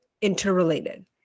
interrelated